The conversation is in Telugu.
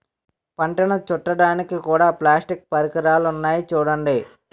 పంటను చుట్టడానికి కూడా ప్లాస్టిక్ పరికరాలున్నాయి చూడండి